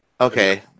Okay